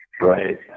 Right